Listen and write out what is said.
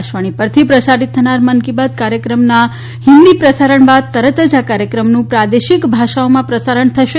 આકાશવાણી પરથી પ્રસારિત થનાર મન કી બાત કાર્યક્રમના હિંદી પ્રસારણ બાદ તરત જ આ કાર્યક્રમનું પ્રાદેશિક ભાષાઓમાં પ્રસારણ થશે